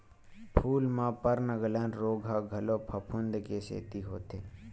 फूल म पर्नगलन रोग ह घलो फफूंद के सेती होथे